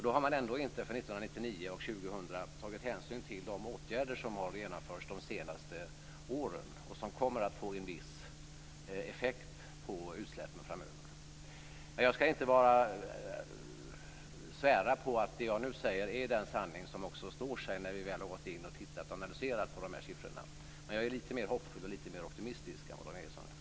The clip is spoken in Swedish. Då har man ändå inte för 1999 och 2000 tagit hänsyn till de åtgärder som har genomförts de senaste åren och som kommer att få en viss effekt på utsläppen framöver. Jag skall inte svära på att det jag nu säger är den sanning som också står sig när vi väl har analyserat siffrorna. Men jag är lite mer hoppfull och lite mer optimistisk än vad Dan Ericsson är.